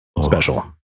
special